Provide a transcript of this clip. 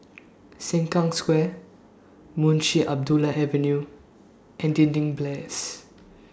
Sengkang Square Munshi Abdullah Avenue and Dinding Place